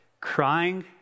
Crying